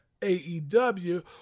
aew